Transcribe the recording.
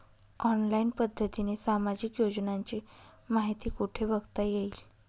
Online पद्धतीने सामाजिक योजनांची माहिती कुठे बघता येईल?